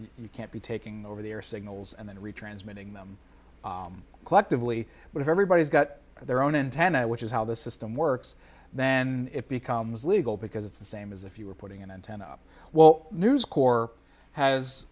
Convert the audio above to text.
you can't be taking over the air signals and then retransmitting them collectively but everybody's got their own antenna which is how the system works then it becomes legal because it's the same as if you were putting an antenna up well news corps has